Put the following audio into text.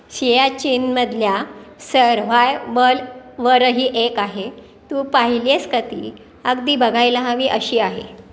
सियाचीनमधल्या survival वरही एक आहे तू पाहिली आहेस का ती अगदी बघायला हवी अशी आहे